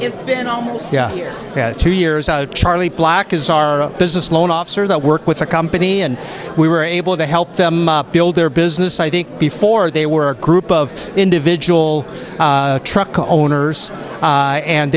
it's been almost two years out of charlie black is our business loan officer that work with the company and we were able to help them build their business i think before they were a group of individual truck owners a